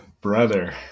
brother